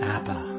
Abba